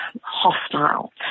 hostile